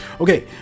okay